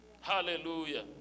Hallelujah